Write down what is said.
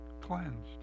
Cleansed